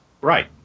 Right